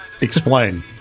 Explain